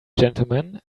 gentlemen